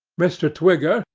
mr. twigger,